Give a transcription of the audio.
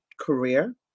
career